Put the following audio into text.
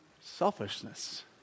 selfishness